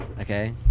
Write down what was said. Okay